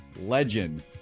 legend